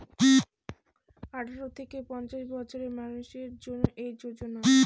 আঠারো থেকে পঞ্চাশ বছরের মানুষের জন্য এই যোজনা